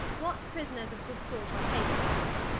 what prisoners of good sort are taken, vnckle?